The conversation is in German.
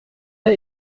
der